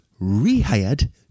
rehired